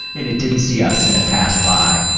and it didn't see us and it passed by.